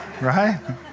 right